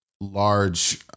large